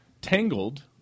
Tangled